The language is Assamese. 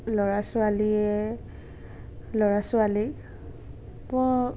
ল'ৰা ছোৱালীয়ে ল'ৰা ছোৱালী